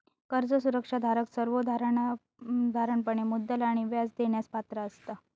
कर्ज सुरक्षा धारक सर्वोसाधारणपणे मुद्दल आणि व्याज देण्यास पात्र असता